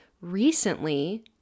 recently